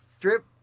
Drip